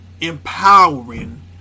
empowering